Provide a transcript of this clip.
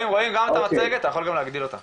מה צריך, מה הבעיות,